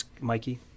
Mikey